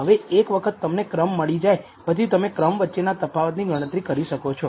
હવે એક વખત તમને ક્રમ મળી જાય પછી તમે ક્રમ વચ્ચેના તફાવત ની ગણતરી કરી શકો છો